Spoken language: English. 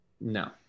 No